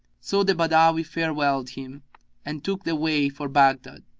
so the badawi farewelled him and took the way for baghdad,